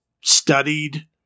studied